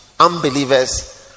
Unbelievers